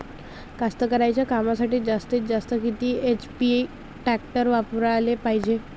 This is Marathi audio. कास्तकारीच्या कामासाठी जास्तीत जास्त किती एच.पी टॅक्टर वापराले पायजे?